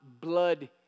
blood